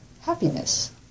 happiness